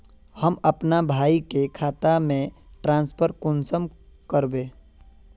हम अपना भाई के खाता में ट्रांसफर कुंसम कारबे?